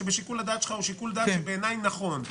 ושיקול הדעת שלך הוא בעיניי נכון: